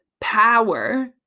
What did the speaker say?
power